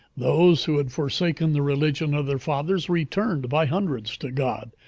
those who had forsaken the religion of their fathers returned by hundreds to god,